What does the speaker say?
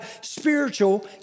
spiritual